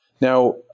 Now